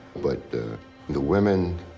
but the the women